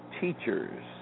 Teachers